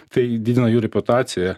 tai didina jų reputaciją